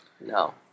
no